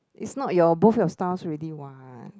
it's not your both your styles already what